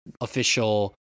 official